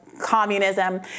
communism